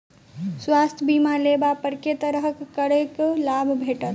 स्वास्थ्य बीमा लेबा पर केँ तरहक करके लाभ भेटत?